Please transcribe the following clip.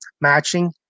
matching